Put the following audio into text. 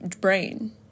brain